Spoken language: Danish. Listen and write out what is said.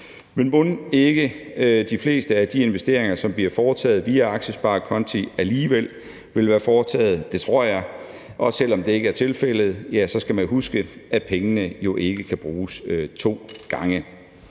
Men mon ikke de fleste af de investeringer, som bliver foretaget via aktiesparekonti, alligevel ville være foretaget – det tror jeg. Og selv om det ikke er tilfældet, skal man huske, at pengene jo ikke kan bruges to gange.